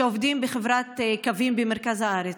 שעובדים בחברת קווים במרכז הארץ.